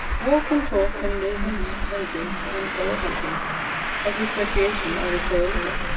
walk, and talk, and live, and eat, and drink, and go a hunting of which recreation i will say a little,